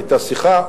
היתה שיחה.